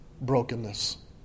brokenness